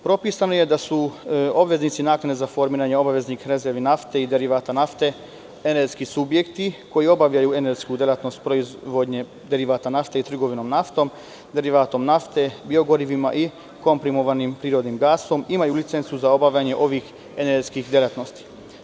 Propisano je da su obveznici naknade za formiranje obaveznih rezervi nafte i derivata nafte energetski subjekti koji obavljaju energetsku delatnost proizvodnje derivata nafte i trgovinom nafte, derivatom nafte, biogorivima i komprimovanim prirodnim gasom i imaju licencu za obavljanje ovih energetskih delatnosti.